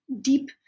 deep